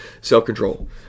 self-control